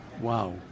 wow